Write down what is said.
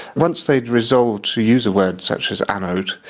once they had resolved to use a word such as anode,